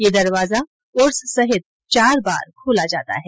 यह दरवाजा उर्स सहित चार बार खोला जाता है